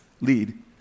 lead